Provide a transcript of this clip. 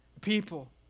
people